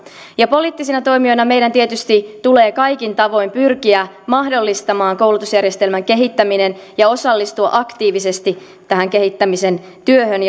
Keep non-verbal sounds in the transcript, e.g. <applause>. ja poliittisina toimijoina meidän tietysti tulee kaikin tavoin pyrkiä mahdollistamaan koulutusjärjestelmän kehittäminen ja osallistua aktiivisesti tähän kehittämisen työhön <unintelligible>